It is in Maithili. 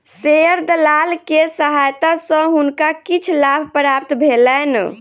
शेयर दलाल के सहायता सॅ हुनका किछ लाभ प्राप्त भेलैन